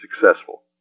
successful